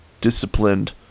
disciplined